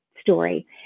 story